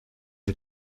the